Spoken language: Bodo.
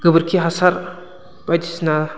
गोबोरखि हासार बायदिसिना